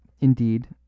indeed